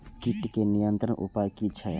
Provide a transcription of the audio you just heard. कीटके नियंत्रण उपाय कि छै?